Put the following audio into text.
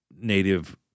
Native